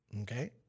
Okay